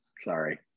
Sorry